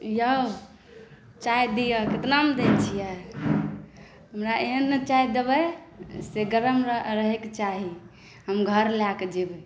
यौ चाय दिअ कितना मे दै छियै हमरा एहन नहि चाय देबै से गरम रहै के चाही हम घर लऽ के जेबै